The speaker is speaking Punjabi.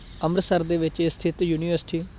ਅੰਮ੍ਰਿਤਸਰ ਦੇ ਵਿੱਚ ਇਹ ਸਥਿੱਤ ਯੂਨੀਵਰਸਿਟੀ